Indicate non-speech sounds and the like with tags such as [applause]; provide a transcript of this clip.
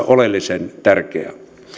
[unintelligible] oleellisen tärkeää